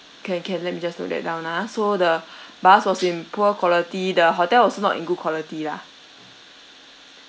can can let me just note that down ah so the bus was in poor quality the hotel was not in good quality lah